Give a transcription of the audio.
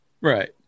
Right